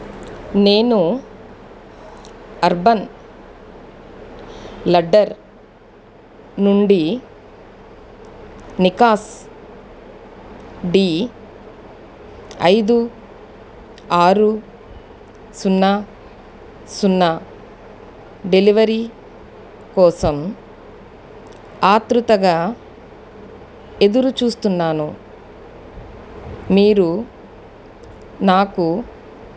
నేను urban ladder నుండి Nikon D ఐదు ఆరు సున్నా సున్నా డెలివరీ కోసం ఆత్రుతగా ఎదురుచూస్తున్నాను మీరు నాకు